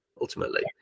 ultimately